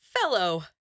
fellow